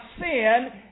sin